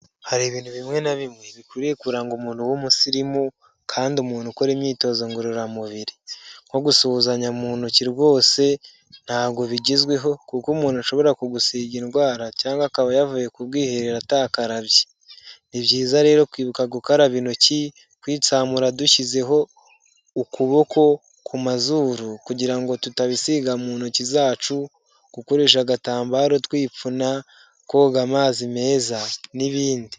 Hari ibintu bimwe na bimwe bikwiriye kuranga umuntu w'umusirimu kandi umuntu ukora imyitozo ngororamubiri nko gusuhuzanya mu ntoki rwose ntabwo bigezweho kuko umuntu ashobora kugusiga indwara cyangwa akaba yavuye ku bwiherero atakarabye ni byiza rero kwibuka gukaraba intoki kwitsamura dushyizeho ukuboko ku mazuru kugira ngo tutabisiga mu ntoki zacu gukoresha agatambaro twipfuna koga amazi meza n'ibindi.